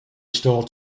store